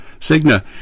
Cigna